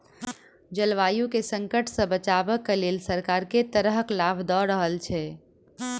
जलवायु केँ संकट सऽ बचाबै केँ लेल सरकार केँ तरहक लाभ दऽ रहल छै?